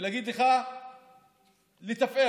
ולהגיד לך, לתפארת.